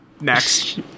next